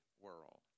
world